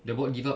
the board give up